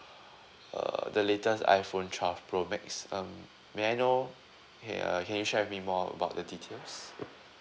err the latest iPhone twelve pro max um may I know okay uh can you share with me more about the details